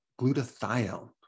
glutathione